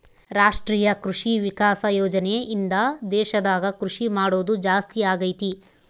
ರಾಷ್ಟ್ರೀಯ ಕೃಷಿ ವಿಕಾಸ ಯೋಜನೆ ಇಂದ ದೇಶದಾಗ ಕೃಷಿ ಮಾಡೋದು ಜಾಸ್ತಿ ಅಗೈತಿ